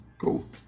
Cool